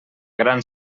gran